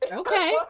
okay